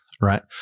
right